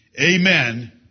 Amen